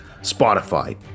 Spotify